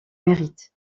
mérite